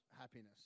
happiness